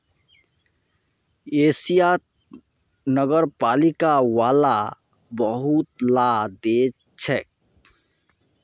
एशियात नगरपालिका वाला बहुत ला देश छे